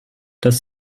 dass